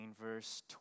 verse